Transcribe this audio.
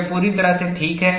यह पूरी तरह से ठीक है